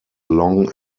long